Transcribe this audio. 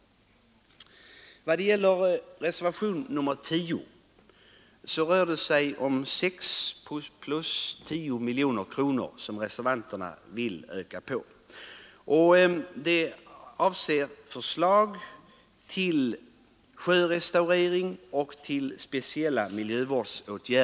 I reservationen 10 föreslås anslagsökningar med 6 respektive 10 miljoner kronor för speciella miljövårdsåtgärder och sjörestaurering.